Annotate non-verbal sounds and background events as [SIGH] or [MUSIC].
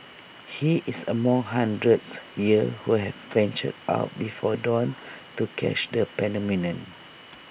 he is among hundreds here who have ventured out before dawn to catch the phenomenon [NOISE]